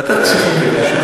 ועדת הכספים.